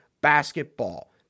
basketball